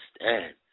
understand